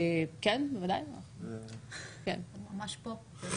כן, בוודאי, חלקם ממש פה.